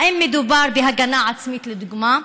האם מדובר בהגנה עצמית, לדוגמה?